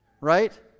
right